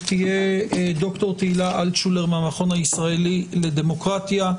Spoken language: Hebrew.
ד"ר תהילה אלטשולר מהמכון הישראלי לדמוקרטיה.